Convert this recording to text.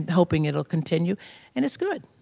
hoping it'll continue and it's good.